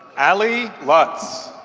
allie lutz.